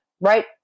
right